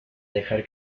dejar